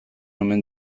omen